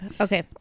okay